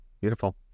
beautiful